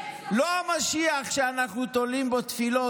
לא המשיח שאנחנו תולים בו תפילות,